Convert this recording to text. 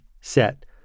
set